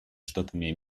штатами